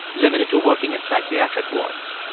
limited to working in psychiatric wards.